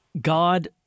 God